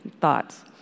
thoughts